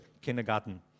Kindergarten